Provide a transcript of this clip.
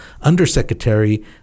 undersecretary